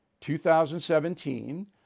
2017